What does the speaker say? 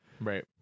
right